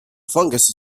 fungus